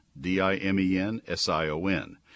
d-i-m-e-n-s-i-o-n